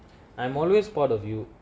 I'm always part of you